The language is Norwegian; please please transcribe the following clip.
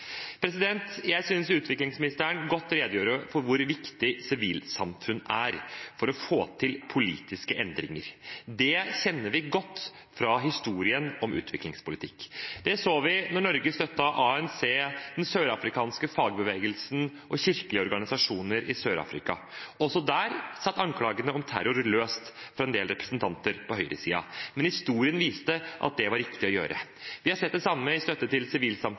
Jeg synes utviklingsministeren redegjorde godt for hvor viktig sivilsamfunn er for å få til politiske endringer. Det kjenner vi godt fra historien om utviklingspolitikk. Det så vi da Norge støttet ANC, den sørafrikanske fagbevegelsen og kirkelige organisasjoner i Sør-Afrika. Også der satt anklagene om terror løst hos en del representanter på høyresiden. Men historien viste at det var riktig å gjøre. Vi har sett det samme i støtten til